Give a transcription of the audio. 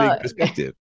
perspective